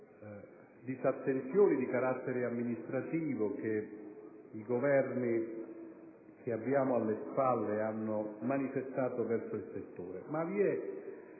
e dimenticanze di carattere amministrativo che i Governi che abbiamo alle spalle hanno manifestato verso il settore.